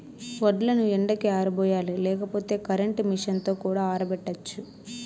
వడ్లను ఎండకి ఆరబోయాలి లేకపోతే కరెంట్ మెషీన్ తో కూడా ఆరబెట్టచ్చు